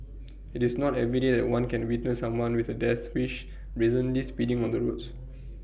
IT is not everyday that one can witness someone with A death wish brazenly speeding on the roads